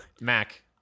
Mac